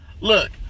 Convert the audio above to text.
look